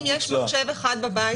יש לי גם פתרון אבל, לא רק בעיה.